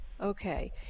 Okay